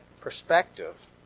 perspective